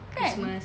kan